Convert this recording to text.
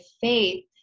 faith